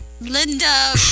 Linda